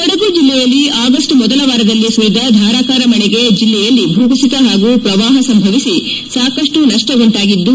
ಕೊಡಗು ಜಿಲ್ಲೆಯಲ್ಲಿ ಆಗಸ್ಟ್ ಮೊದಲ ವಾರದಲ್ಲಿ ಸುರಿದ ಧಾರಾಕಾರ ಮಳೆಗೆ ಜಿಲ್ಲೆಯಲ್ಲಿ ಭೂಕುಸಿತ ಹಾಗೂ ಪ್ರವಾಹ ಸಂಭವಿಸಿ ಸಾಕಷ್ಟು ನಷ್ಟ ಉಂಟಾಗಿದ್ದು